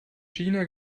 china